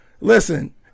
Listen